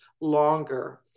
longer